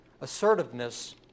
assertiveness